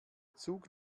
zug